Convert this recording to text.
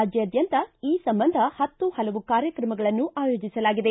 ರಾಜ್ಯಾದ್ಯಂತ ಈ ಸಂಬಂಧ ಪತ್ತು ಪಲವು ಕಾರ್ಯಕ್ರಮಗಳನ್ನು ಆಯೋಜಿಸಲಾಗಿದೆ